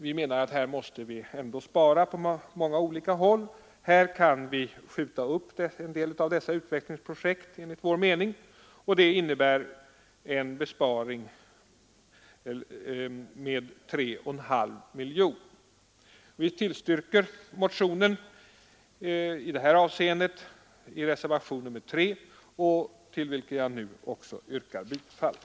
Vi måste ju spara på många håll och därför kan enligt vår mening en del av dessa utvecklingsprojekt uppskjutas. Det skulle innebära en besparing på 3,5 miljoner kronor. Vi tillstyrker motionen i det här avseendet i reservationen 3, till vilken jag också ber att få yrka bifall.